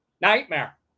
nightmare